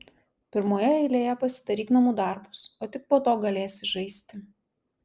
pirmoje eilėje pasidaryk namų darbus o tik po to galėsi žaisti